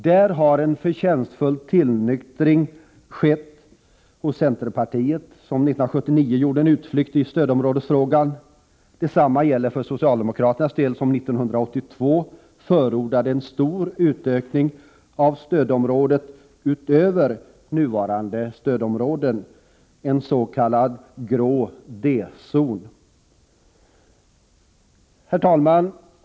Där har en förtjänstfull tillnyktring skett hos centerpartiet, som 1979 gjorde en utflykt i stödområdesfrågan. Detsamma gäller socialdemokraterna, som 1982 förordade en kraftig utökning av de nuvarande stödområdena, en s.k. grå D-zon. Herr talman!